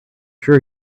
sure